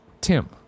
Tim